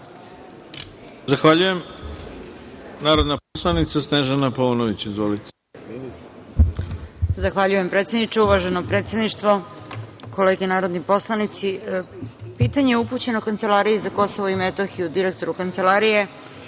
Zahvaljujem. Narodna poslanica Snežana Paunović. Izvolite.